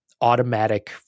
automatic